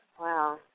Wow